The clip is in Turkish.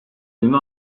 günü